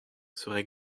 serait